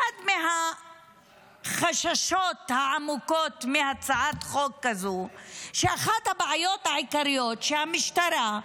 אחד מהחששות העמוקים מהצעת חוק כזו היא שאחת הבעיות העיקריות שהמשטרה,